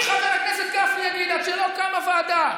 אם חבר הכנסת גפני יגיד: עד שלא קמה ועדה,